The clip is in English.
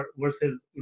versus